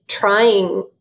trying